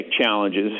challenges